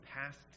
past